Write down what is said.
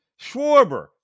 Schwarber